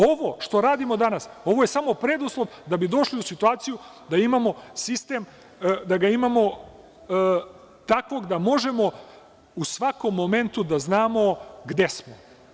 Ovo što radimo danas, ovo je samo preduslov da bi došli u situaciju da imamo sistem, da bude takav da možemo u svakom momentu da znamo gde smo.